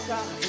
God